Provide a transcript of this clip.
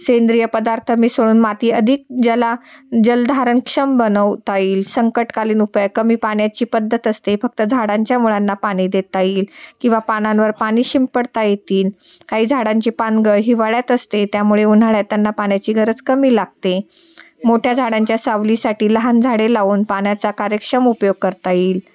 सेंद्रिय पदार्थ मिसळून माती अधिक जला जल धारणक्षम बनवता येईल संकटकालीन उपाय कमी पाण्याची पद्धत असते फक्त झाडांच्या मुळांंना पाणी देता येईल किंवा पानांवर पाणी शिंपडता येतील काही झाडांची पानगळ हिवाळ्यात असते त्यामुळे उन्हाळ्यात त्यांना पाण्याची गरज कमी लागते मोठ्या झाडांच्या सावलीसाठी लहान झाडे लावून पाण्याचा कार्यक्षम उपयोग करता येईल